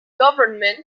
government